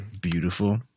beautiful